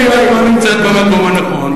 אם את לא נמצאת במקום הנכון,